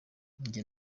njye